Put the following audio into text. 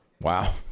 Wow